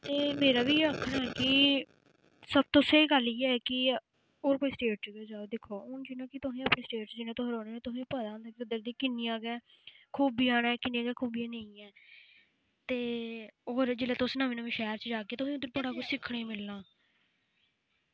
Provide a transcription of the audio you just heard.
ते मेरा बी इ'यै आखना कि सबतो स्हेई गल्ल इ'यै कि होर कोई स्टेट च बी जाओ दिक्खो हून जि'यां कि तुसें अपनी स्टेट च जि'यां तुस रौह्ने होन्ने तुसें पता होंदा कुद्धर दी किन्नियां गै खूबियां न किन्नियां गै खूबियां नेईं ऐ ते होर जिसले तुस नमें नमें शैह्र च जाह्गे तुसें उद्धर बड़ा कुछ सिक्खने गी मिलना